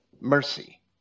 mercy